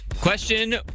question